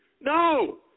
No